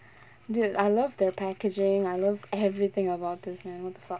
dude I love their packaging I love everything about this man what the fuck